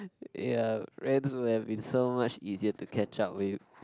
ya friends have been so much easier to catch up with